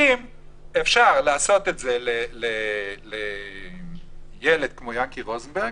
אפילו לא דין משמעתי.